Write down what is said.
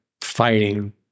fighting